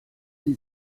sie